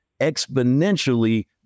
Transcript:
exponentially